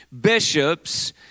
bishops